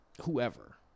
whoever